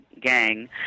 gang